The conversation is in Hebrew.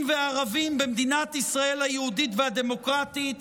וערבים במדינת ישראל היהודית והדמוקרטית.